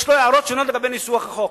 יש לו הערות שונות לגבי ניסוח החוק.